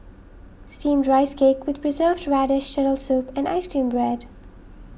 Steamed Rice Cake with Preserved Radish Turtle Soup and Ice Cream Bread